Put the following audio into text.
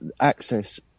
access